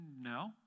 no